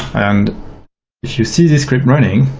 and if you see this script running,